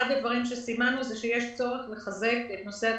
הדברים שסימנו הוא שיש צורך לחזק את נושא הצפון.